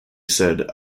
said